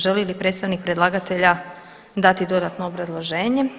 Želi li predstavnik predlagatelja dati dodatno obrazloženje?